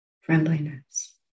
friendliness